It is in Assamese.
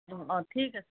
অ' ঠিক আছে